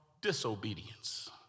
disobedience